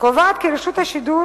קובעים כי רשות השידור